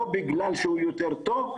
לא בגלל שהוא יותר טוב,